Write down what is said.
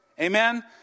Amen